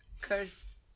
Cursed